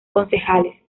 concejales